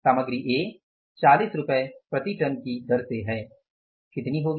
सामग्री A 40 रुपये प्रति टन की दर से कितनी होगी